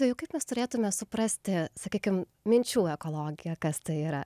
tai kaip mes turėtumėme suprasti sakykime minčių ekologiją kas tai yra